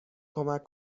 کمک